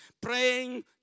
Praying